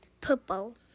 Purple